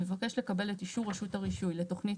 המבקש לקבל את אישור רשות הרישוי לתכנית